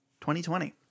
2020